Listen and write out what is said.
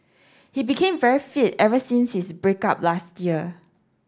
he became very fit ever since his break up last year